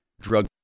drug